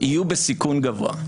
יהיו בסיכון גבוה.